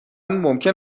ممکن